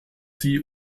sie